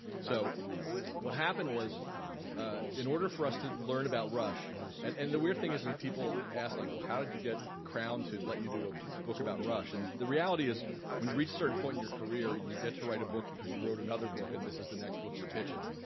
so what happened was in order for us to learn about rush and and the weird thing is i mean people asked like well how did you get crown to let you do a book about rush? and the reality is when you reach a certain point in your career you get to write a book because you wrote another book and this is the next book you're pitching.